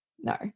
no